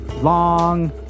long